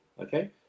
Okay